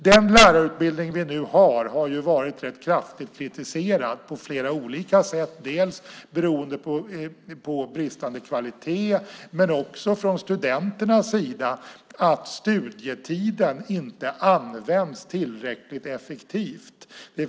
Den lärarutbildning vi nu har har på flera olika sätt varit rätt kraftigt kritiserad. Den har kritiserats beroende på bristande kvalitet, men det har också kommit kritik från studenternas sida om att studietiden inte används tillräckligt effektivt.